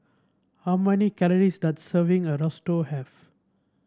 how many calories does a serving of Risotto have